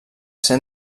ser